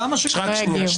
למה --- לא יגיעו.